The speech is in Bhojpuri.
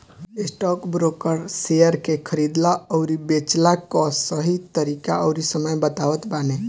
स्टॉकब्रोकर शेयर के खरीदला अउरी बेचला कअ सही तरीका अउरी समय बतावत बाने